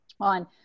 on